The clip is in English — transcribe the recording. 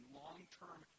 long-term